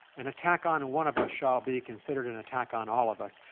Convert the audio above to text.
an attack on one of us shall be considered an attack on all of us.